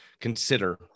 consider